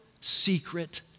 secret